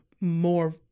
more